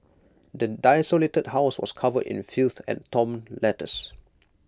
the desolated house was covered in filth and torn letters